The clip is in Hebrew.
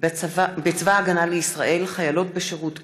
בצבא הגנה לישראל (חיילות בשירות קבע)